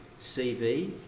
CV